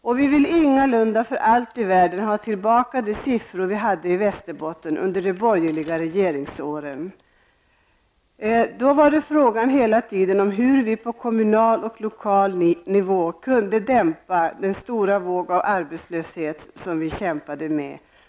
Vi vill ingalunda för allt i världen ha tillbaka de siffror vi hade i Västerbotten under de borgerliga regeringsåren. Då var det hela tiden fråga om hur vi på kommunal och lokal nivå skulle kunna dämpa den stora våg av arbetslöshet som vi kämpade med.